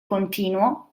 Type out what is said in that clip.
continuo